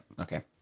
okay